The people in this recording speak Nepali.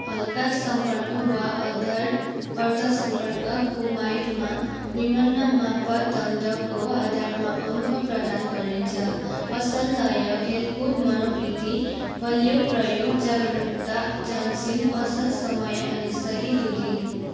हल्का सम्पर्क वा अर्धर अर्ध सम्पर्क कुमाइटमा निम्न मापदण्डको आधारमा अङ्क प्रदान गरिन्छ असल लय खेलकुद मनोवृत्ति बलियो प्रयोग जागरूकता जान्सिन असल समय अनि सही दुरी